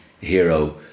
hero